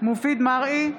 מופיד מרעי,